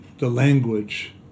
language